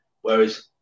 Whereas